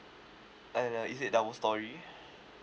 and uh is it double story